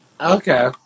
Okay